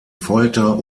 folter